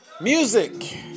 Music